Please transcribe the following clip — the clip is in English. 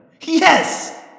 Yes